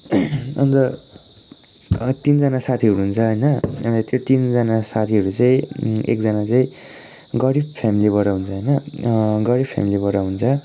अन्त तिनजना साथीहरू हुन्छ होइन अन्त त्यो तिनजना साथीहरू चाहिँ एकजना चाहिँ गरिब फेमिलीबाट हुन्छ होइन गरिब फेमिलीबाट हुन्छ